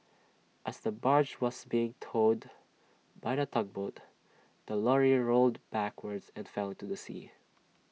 as the barge was being towed by A tugboat the lorry rolled backward and fell into the sea